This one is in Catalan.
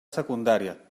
secundària